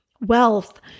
wealth